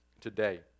today